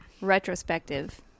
retrospective